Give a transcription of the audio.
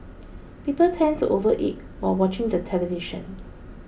people tend to overeat while watching the television